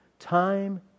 Time